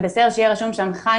זה בסדר שיהיה רשום שם 'חיים,